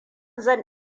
zan